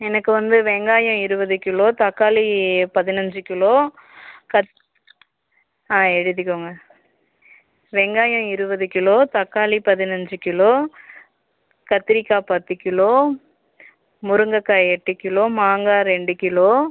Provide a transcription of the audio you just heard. எனக்கு வந்து வெங்காயம் இருபது கிலோ தக்காளி பதினைஞ்சு கிலோ கத் ஆ எழுதிக்கோங்க வெங்காயம் இருபது கிலோ தக்காளி பதினைஞ்சு கிலோ கத்திரிக்காய் பத்து கிலோ முருங்கைக்கா எட்டு கிலோ மாங்காய் ரெண்டு கிலோ